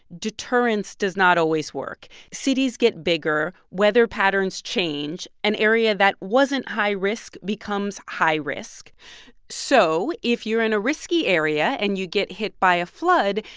deterrence does not always work. cities get bigger. weather patterns change. an area that wasn't high-risk becomes high-risk. so if you're in a risky area, and you get hit by a flood,